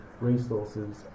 resources